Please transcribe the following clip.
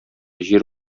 җир